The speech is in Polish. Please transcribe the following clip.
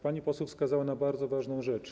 Pani poseł wskazała na bardzo ważną rzecz.